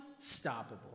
Unstoppable